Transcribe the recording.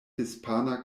hispana